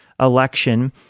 election